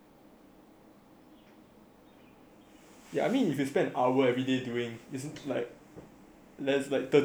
ya I mean if you spend hours everyday doing isn't like less than thirty hours of work only sia